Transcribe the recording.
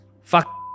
Fuck